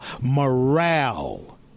morale